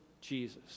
Jesus